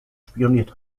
spioniert